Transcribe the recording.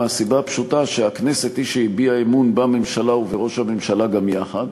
מהסיבה הפשוטה שהכנסת היא שהביעה אמון בממשלה ובראש הממשלה גם יחד,